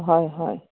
হয় হয়